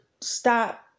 stop